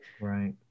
right